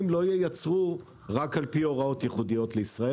לא ייצרו רק על פי הוראות ייחודיות לישראל.